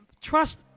trust